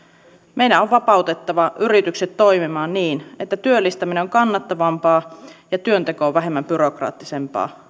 meidän on vapautettava yritykset toimimaan niin että työllistäminen on kannattavampaa ja työnteko on vähemmän byrokraattista